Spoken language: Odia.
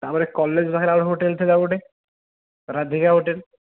ତା'ପରେ କଲେଜ ପାଖରେ ଆଉ ଗୋଟିଏ ହୋଟେଲ ଥିଲା ଗୋଟିଏ ରାଧିକା ହୋଟେଲ